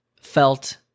felt